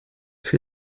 fut